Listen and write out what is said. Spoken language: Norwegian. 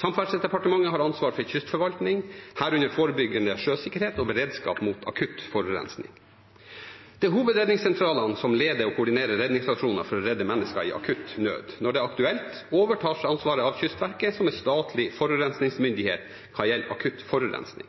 Samferdselsdepartementet har ansvar for kystforvaltning, herunder forebyggende sjøsikkerhet og beredskap mot akutt forurensning. Det er hovedredningssentralene som leder og koordinerer redningsaksjoner for å redde mennesker i akutt nød. Når det er aktuelt, overtas ansvaret av Kystverket, som er statlig forurensningsmyndighet hva gjelder akutt forurensning.